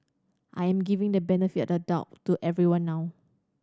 I'm giving the benefit of the doubt to everyone now